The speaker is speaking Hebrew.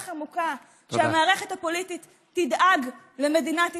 עמוקה: שהמערכת הפוליטית תדאג למדינת ישראל.